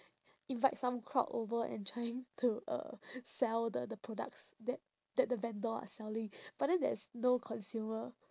invite some crowd over and trying to uh sell the the products that that the vendor is selling but then there is no consumer